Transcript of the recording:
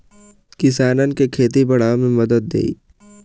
किसानन के खेती बड़ावे मे मदद देई